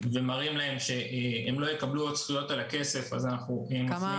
ומראים להם שהם לא יקבלו עוד זכויות על הכסף אז אנחנו מפנים